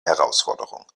herausforderung